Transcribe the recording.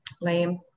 Lame